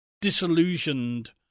disillusioned